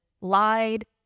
lied